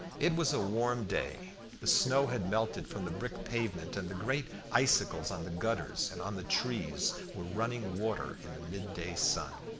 it was a warm day the snow had melted from the brick pavement, and the great icicles on the gutters and on the trees were running water in the mid-day sun.